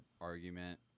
argument